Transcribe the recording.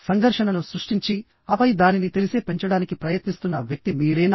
సంఘర్షణను సృష్టించి ఆపై దానిని తెలిసే పెంచడానికి ప్రయత్నిస్తున్న వ్యక్తి మీరేనా